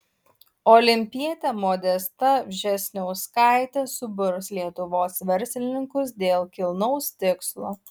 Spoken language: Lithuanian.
olimpietė modesta vžesniauskaitė suburs lietuvos verslininkus dėl kilnaus tikslo